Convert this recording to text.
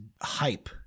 hype